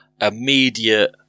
immediate